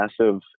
massive